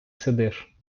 сидиш